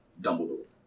Dumbledore